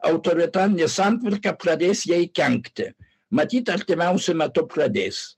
autoritarinė santvarka pradės jai kenkti matyt artimiausiu metu pradės